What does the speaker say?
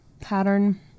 pattern